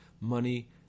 money